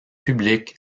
publique